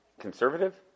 conservative